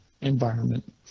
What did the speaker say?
environment